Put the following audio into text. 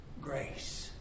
Grace